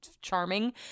charming